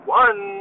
one